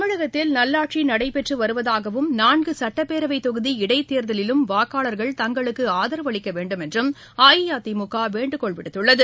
தமிழகத்தில் நல்லாட்சி நடைபெற்று வருவதாகவும் நான்கு சட்டப்பேரவைத் தொகுதி இடைத்தேர்தலிலும் வாக்காளர்கள் தங்களுக்கு ஆதரவு அளிக்க வேண்டுமென்றும் அஇஅதிமுக வேண்டுகோள் விடுத்துள்ளது